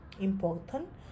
important